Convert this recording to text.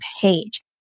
page